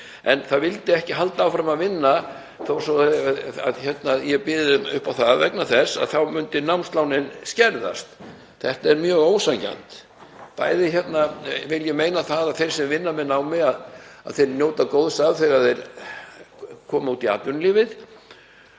En það vildi ekki halda áfram að vinna þó svo ég byði því upp á það vegna þess að þá myndu námslánin skerðast. Þetta er mjög ósanngjarnt. Bæði vil ég halda því fram að þeir sem vinna með námi njóti góðs af þegar þeir koma út í atvinnulífið